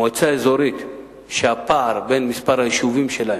מועצה אזורית שהפער בין מספר היישובים שלה